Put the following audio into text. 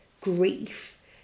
grief